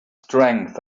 strength